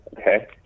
okay